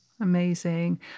amazing